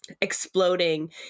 exploding